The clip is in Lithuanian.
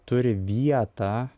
turi vietą